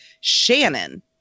Shannon